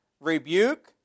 rebuke